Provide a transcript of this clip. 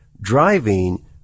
driving